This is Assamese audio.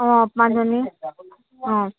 অঁ পাঁচজনী অঁ